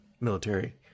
military